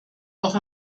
auch